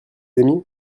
aimiez